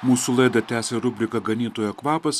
mūsų laidą tęsia rubrika ganytojo kvapas